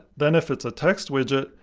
then, if it's a text widget,